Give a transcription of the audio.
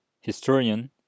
historian